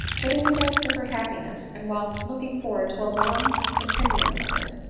but in the midst of her happiness, and whilst looking forward to a long continuance of it,